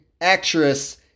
actress